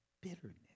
bitterness